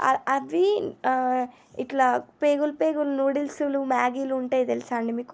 అవి ఇట్లా పేగులు పేగులు నూడిల్స్లు మ్యాగీలు ఉంటాయి తెలుసా అండి మీకు